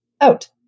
out